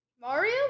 Mario